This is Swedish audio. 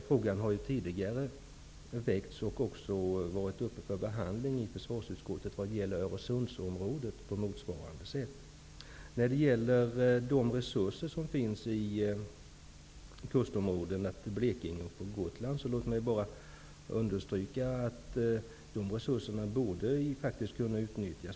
Frågan har tidigare ställts och behandlats på motsvarande sätt i försvarsutskottet vad gäller Jag vill understryka att resurserna som finns i kustområdena i Blekinge och på Gotland faktiskt borde kunna utnyttjas.